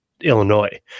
Illinois